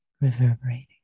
reverberating